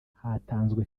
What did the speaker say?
hatanzwe